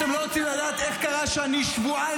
אתם לא רוצים לדעת איך קרה שאני שבועיים